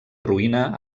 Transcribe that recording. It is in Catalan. ruïna